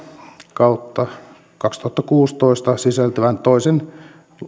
kautta kaksituhattakuusitoista vp sisältyvän toisen